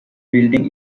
building